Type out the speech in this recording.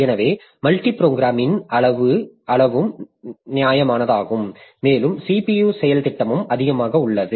எனவே மல்டி புரோகிராமிங்கின் அளவும் நியாயமானதாகும் மேலும் CPU செயல்திட்டமும் அதிகமாக உள்ளது